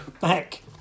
back